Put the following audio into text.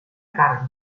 carn